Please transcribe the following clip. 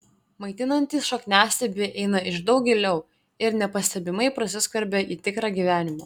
maitinantys šakniastiebiai eina ir iš daug giliau ir nepastebimai prasiskverbia į tikrą gyvenimą